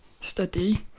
study